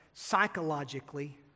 psychologically